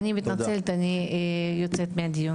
אני מתנצלת אני יוצאת מהדיון.